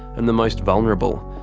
and the most vulnerable.